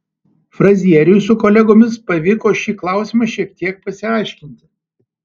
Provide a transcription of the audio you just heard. frazieriui su kolegomis pavyko šį klausimą šiek tiek pasiaiškinti